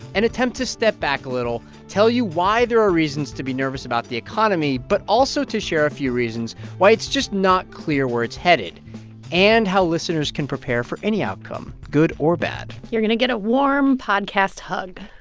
an attempt to step back a little, tell you why there are reasons to be nervous about the economy, but also to share a few reasons why it's just not clear where it's headed and how listeners can prepare for any outcome, good or bad you're going to get a warm podcast hug